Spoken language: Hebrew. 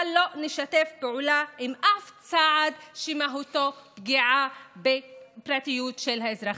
אבל לא נשתף פעולה עם אף צעד שמהותו פגיעה בפרטיות של האזרחים.